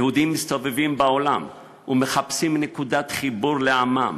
יהודים מסתובבים בעולם ומחפשים נקודת חיבור לעמם.